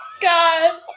God